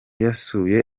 yasuye